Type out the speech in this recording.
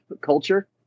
culture